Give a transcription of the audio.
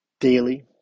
daily